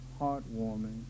heartwarming